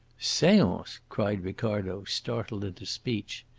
seance! cried ricardo, startled into speech.